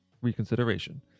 reconsideration